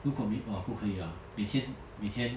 如果 !wah! 不可以啦每天每天